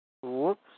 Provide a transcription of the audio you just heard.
whoops